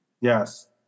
Yes